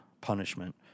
punishment